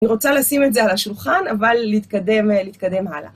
אני רוצה לשים את זה על השולחן, אבל להתקדם, להתקדם הלאה.